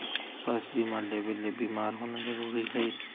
स्वास्थ्य बीमा लेबे ले बीमार होना जरूरी हय?